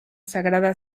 sagrada